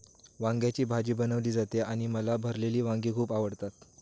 वांग्याची भाजी बनवली जाते आणि मला भरलेली वांगी खूप आवडतात